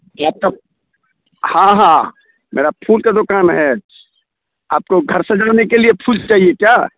क्या आपको हाँ हाँ मेरा फूल का दुकान है आपको घर सजाने के लिए फूल चाहिए क्या